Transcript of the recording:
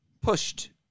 pushed